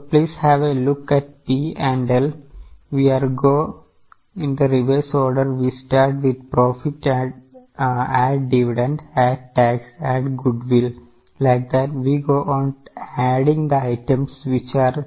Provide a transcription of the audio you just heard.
So please have a look at P and L we are go in the reverse order we start with profit add dividend add tax add goodwill like that we go on adding the items which are